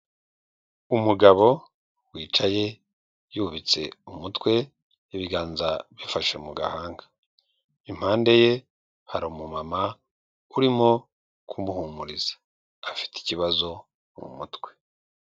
Umugabo wicaye yubitse umutwe ibiganza bifashe mu gahanga impande ye hari umu mama urimo kumuhumuriza afite ikibazo mu mutwe.